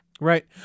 Right